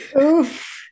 Oof